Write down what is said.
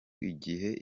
igihe